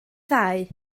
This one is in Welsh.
ddau